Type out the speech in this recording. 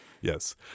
Yes